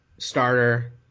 starter